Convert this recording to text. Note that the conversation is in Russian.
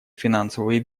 финансовые